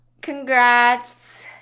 congrats